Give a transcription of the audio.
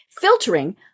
Filtering